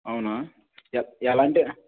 అవునా ఎ ఎలాంటి